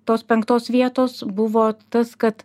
tos penktos vietos buvo tas kad